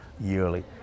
yearly